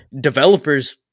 Developers